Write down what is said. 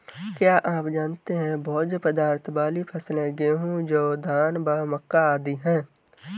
क्या आप जानते है भोज्य पदार्थ वाली फसलें गेहूँ, जौ, धान व मक्का आदि है?